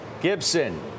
gibson